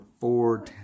four